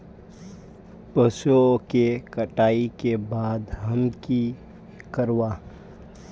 पशुओं के कटाई के बाद हम की करवा?